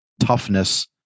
toughness